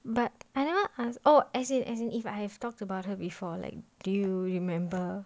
but I never ask oh as in as in if I have talked about her before like do you remember